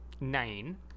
Nine